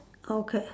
okay